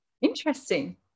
Interesting